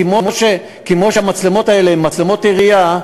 כמו שהמצלמות האלה הן מצלמות עירייה,